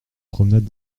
promenade